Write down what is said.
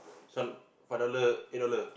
sun five dollar eight dollar